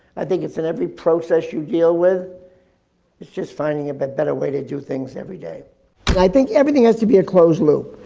i think it's in every process you deal with. it's just finding a bit better way to do things every day. and i think everything has to be a closed loop.